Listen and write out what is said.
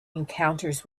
encounters